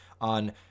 on